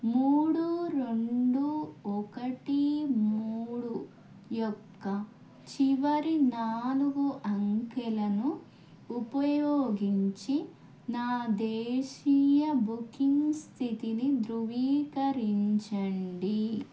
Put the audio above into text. మూడు రెండు ఒకటి మూడు యొక్క చివరి నాలుగు అంకెలను ఉపయోగించి నా దేశీయ బుకింగ్ స్థితిని ధృవీకరించండి